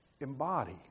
embody